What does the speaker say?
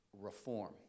reform